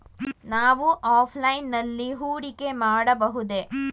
ನಾವು ಆಫ್ಲೈನ್ ನಲ್ಲಿ ಹೂಡಿಕೆ ಮಾಡಬಹುದೇ?